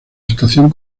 estación